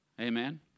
Amen